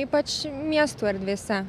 ypač miestų erdvėse